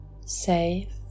safe